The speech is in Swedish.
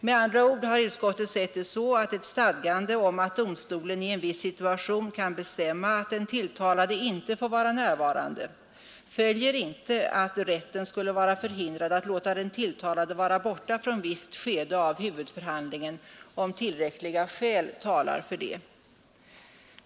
Med andra ord har utskottet sett det så att av ett stadgande om att domstolen i en viss situation kan bestämma att den tilltalade inte får vara närvarande följer inte att rätten skulle vara förhindrad att låta den tilltalade vara borta från visst skede av huvudförhandlingen om tillräckliga skäl talar för det.